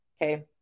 Okay